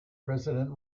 president